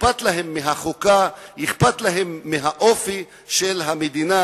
אכפת להם מהחוקה, אכפת להם מהאופי של המדינה